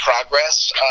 progress